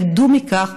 ידעו על כך.